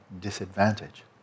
disadvantage